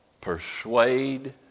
persuade